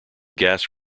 gas